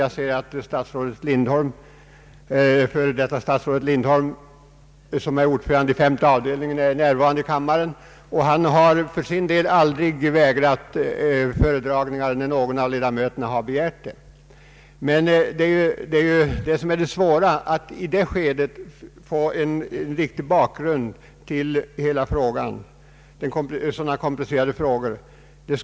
Jag ser att f. d. statsrådet Lindholm, som är ordförande i femte avdelningen, är närvarande i kammaren, och jag må säga att han för sin del aldrig har vägrat föredragningar när någon av ledamöterna har begärt sådana. Det är dock svårt att i detta skede få en riktig bakgrund till en så komplicerad fråga som denna.